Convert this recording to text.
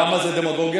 למה זה דמגוגיה?